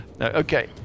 Okay